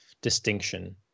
distinction